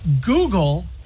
Google